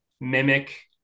mimic